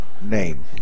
name